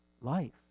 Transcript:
life